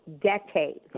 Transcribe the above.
decades